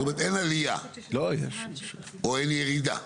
זאת אומרת אין עלייה או אין ירידה?